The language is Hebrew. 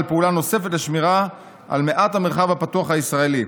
פעולה נוספת לשמירה על מעט המרחב הפתוח הישראלי.